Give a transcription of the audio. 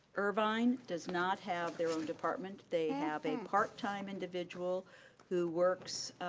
irvine does not have their own department. they have a part time individual who works,